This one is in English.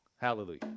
Hallelujah